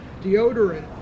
Deodorant